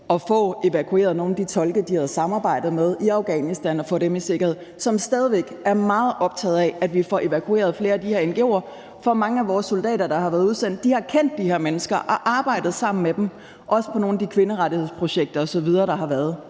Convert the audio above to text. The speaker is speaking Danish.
at få evakueret nogle af de tolke, de havde samarbejdet med i Afghanistan, og få dem i sikkerhed, og de er stadig væk meget optaget af, at vi får evakueret flere fra de her ngo'er. For mange af vores soldater, der har været udsendt, har kendt de her mennesker og arbejdet sammen med dem, også på nogle af de kvinderettighedsprojekter osv., der har været.